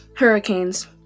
Hurricanes